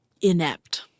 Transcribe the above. inept